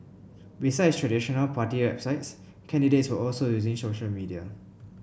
besides traditional party websites candidates were also using social media